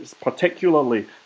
particularly